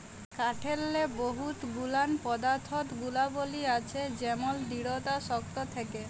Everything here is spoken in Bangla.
কাঠেরলে বহুত গুলান পদাথ্থ গুলাবলী আছে যেমল দিঢ়তা শক্ত থ্যাকে